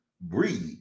Breathe